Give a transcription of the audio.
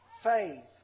faith